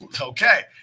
okay